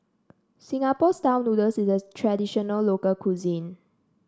Singapore style noodles is a traditional local cuisine